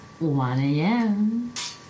1am